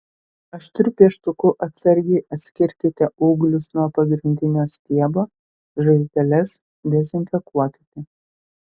aštriu pieštuku atsargiai atskirkite ūglius nuo pagrindinio stiebo žaizdeles dezinfekuokite